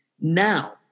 Now